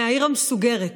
מהעיר המסוגרת: